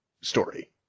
story